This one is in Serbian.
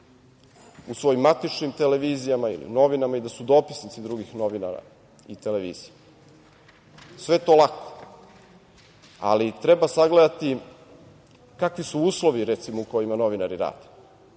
u svojim matičnim televizijama ili novinama i da su dopisnici drugih novinara i televizije. Sve je to lako, ali treba sagledati kakvi su uslovi u kojima novinari rade.